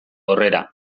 aurrera